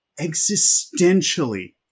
existentially